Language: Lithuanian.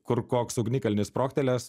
kur koks ugnikalnis sprogtelės